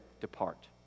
depart